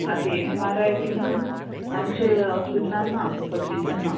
आतां M R I बीन आमचे हॉस्पिटलान ना पसिशन ना